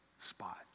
spot